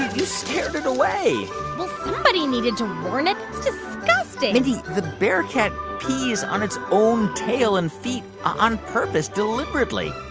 you scared it away well, somebody needed to warn it. it's disgusting mindy, the bearcat pees on its own tail and feet on purpose deliberately